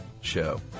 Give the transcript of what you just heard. show